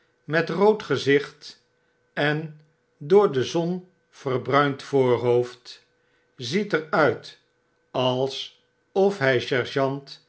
met rood gezicht en door de zon verbruind voorhoofd ziet er uit alsof hy sergeant